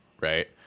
right